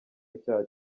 icyaha